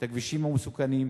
את הכבישים המסוכנים,